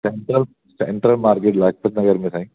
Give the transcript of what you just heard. central central market Lajpat Nagar में साईं